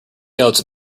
notes